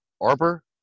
Arbor